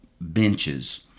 benches